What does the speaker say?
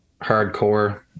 hardcore